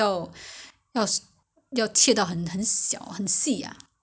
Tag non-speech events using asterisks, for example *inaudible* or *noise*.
ah a bit a bit hard you know so you must cook until you must really *noise*